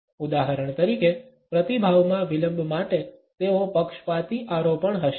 ઉદાહરણ તરીકે પ્રતિભાવોમાં વિલંબ માટે તેઓ પક્ષપાતી આરોપણ હશે